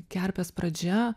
kerpės pradžia